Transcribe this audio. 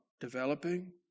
developing